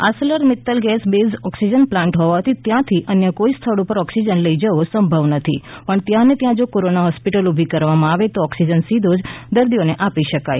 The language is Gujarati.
Arcelor Mittal gas base oxygen plant હોવાથી ત્યાંથી અન્ય કોઈ સ્થળ ઉપર ઓક્સિજન લઈ જવો સંભવ નથી પણ ત્યાંને ત્યાં જો કોરોના હોસ્પિટલ ઊભી કરવામાં આવે તો ઓક્સિજન સીધો જ દર્દીઓને આપી શકાય